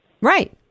Right